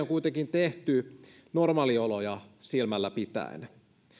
kuitenkin tehty normaalioloja silmällä pitäen